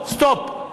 stop,